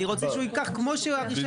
אני רוצה הוא ייקח כמו שהרישיון.